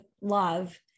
love